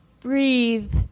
breathe